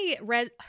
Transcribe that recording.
read